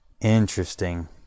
Interesting